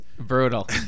Brutal